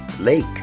Lake